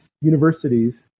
universities